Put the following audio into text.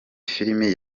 filimi